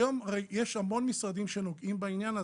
היום יש המון משרדים שנוגעים בעניין הזה,